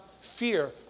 fear